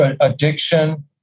addiction